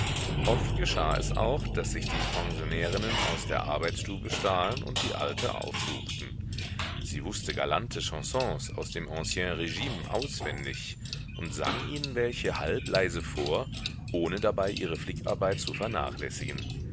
oft geschah es auch daß sich die pensionärinnen aus der arbeitsstube stahlen und die alte aufsuchten sie wußte galante chansons aus dem ancien rgime auswendig und sang ihnen welche halbleise vor ohne dabei ihre flickarbeit zu vernachlässigen